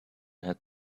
had